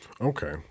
Okay